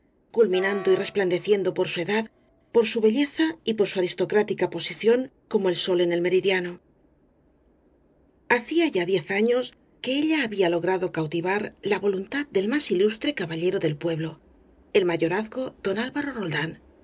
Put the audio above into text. culminando y resplandeciendo por su edad por su belleza y por su aristocrática posición como el sol en el meridiano hacía ya diez años que ella había logrado cauti var la voluntad del más ilustre caballero del pue blo del mayorazgo don alvaro roldán